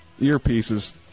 earpieces